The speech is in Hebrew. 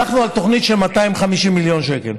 הלכנו על תוכנית של 250 מיליון שקל.